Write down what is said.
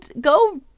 go